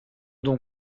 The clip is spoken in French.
donc